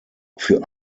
für